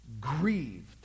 grieved